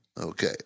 Okay